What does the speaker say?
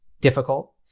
difficult